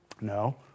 No